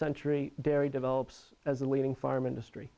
century dairy develops as a leading farm industry